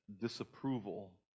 disapproval